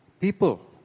people